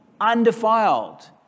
undefiled